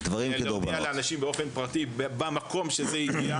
להודיע לאנשים באופן פרטי במקום שזה הגיע,